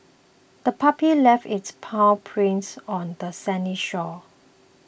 the puppy left its paw prints on the sandy shore